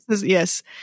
Yes